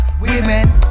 women